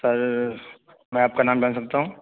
سر میں آپ کا نام جان سکتا ہوں